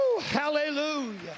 hallelujah